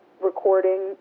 recording